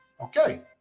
Okay